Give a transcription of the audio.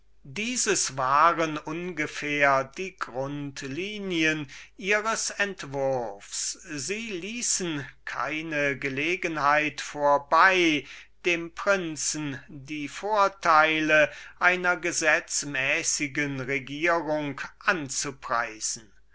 dieses waren ungefähr die grundlinien ihres entwurfs sie ließen keine gelegenheit vorbei dem prinzen die vorteile einer gesetzmäßigen regierung anzupreisen